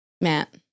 matt